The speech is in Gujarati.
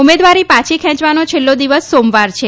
ઉમેદવારી પાછી ખેંચવાનો છેલ્લો દિવસ સોમવાર છે